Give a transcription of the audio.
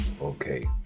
Okay